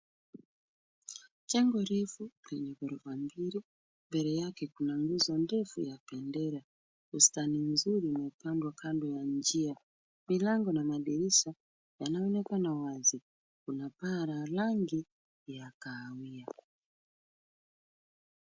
Jengo refu lenye ghorofa mbili, mbele yake kuna nguzo ndefu ya bendera. Bustani mzuri imepandwa kando ya njia. Milango na madirisha yanaonekana wazi. Kuna paa la rangi ya kahawia.